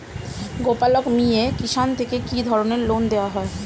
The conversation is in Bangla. গোপালক মিয়ে কিষান থেকে কি ধরনের লোন দেওয়া হয়?